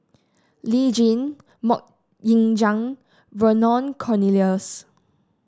Lee Tjin MoK Ying Jang Vernon Cornelius